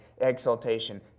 exaltation